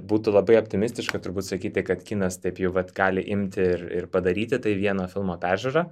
būtų labai optimistiška turbūt sakyti kad kinas taip jau va gali imti ir ir padaryti tai vieno filmo peržiūra